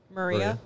Maria